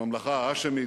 הממלכה ההאשמית,